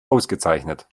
ausgezeichnet